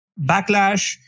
backlash